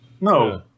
No